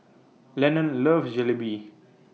Lennon loves Jalebi